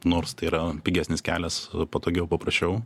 nors tai yra pigesnis kelias patogiau paprasčiau